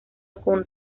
con